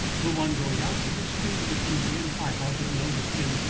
the one going out was a stranger to me and i hardly noticed him,